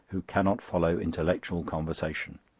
who cannot follow intellectual conversation.